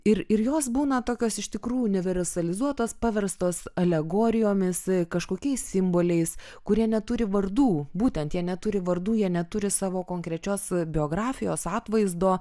ir ir jos būna tokios iš tikrų universalizuotos paverstos alegorijomis kažkokiais simboliais kurie neturi vardų būtent jie neturi vardų jie neturi savo konkrečios biografijos atvaizdo